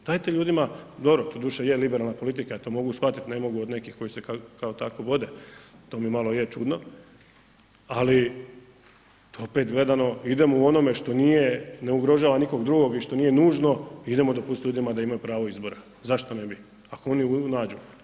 Dobro, doduše je liberalna politika to mogu shvatiti, ne mogu od nekih koji se kao tako vode, to mi malo je čudno, ali to opet gledano idemo u onome što nije ne ugrožava nikog drugog i što nije nužno i idemo dopustiti ljudima da imaju pravo izbora, zašto ne bi ako oni nađu.